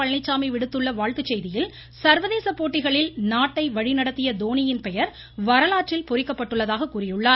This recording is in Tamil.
பழனிச்சாமி விடுத்துள்ள வாழ்த்து செய்தியில் சர்வதேச போட்டிகளில் நாட்டை வழிநடத்திய தோனியின் பெயர் வரலாற்றில் பொறிக்கப்பட்டுள்ளதாக கூறியுள்ளார்